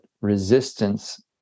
resistance